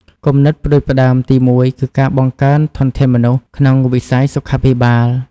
គំនិតផ្តួចផ្តើមទីមួយគឺការបង្កើនធនធានមនុស្សក្នុងវិស័យសុខាភិបាល។